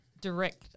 direct